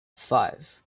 five